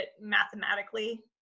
mathematically